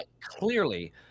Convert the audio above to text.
Clearly